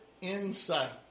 insight